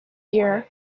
year